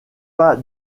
pas